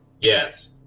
Yes